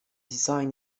design